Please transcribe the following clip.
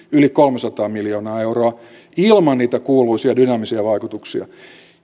yli kolmesataa miljoonaa euroa ylijäämäiseksi suhteessa hallituksen budjettiin ilman niitä kuuluisia dynaamisia vaikutuksia